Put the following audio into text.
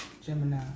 Gemini